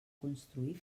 construir